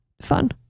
fun